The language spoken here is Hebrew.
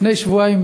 לפני שבוע,